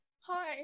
Hi